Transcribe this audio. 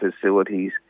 facilities